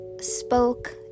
spoke